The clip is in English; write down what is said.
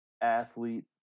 athlete